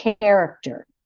character